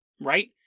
Right